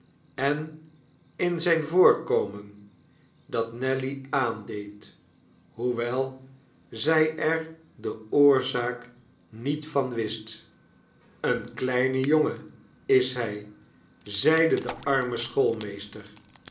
en in zijn voorkomen dat nelly aandeed hoewel zij er de oorzaak niet van wist een kleine jongen is hij zeide de arme